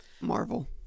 Marvel